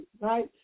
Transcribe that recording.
right